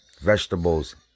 vegetables